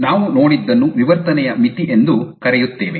ನಾವು ನೋಡಿದನ್ನು ವಿವರ್ತನೆಯ ಮಿತಿ ಎಂದು ಕರೆಯುತ್ತೇವೆ